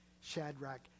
Shadrach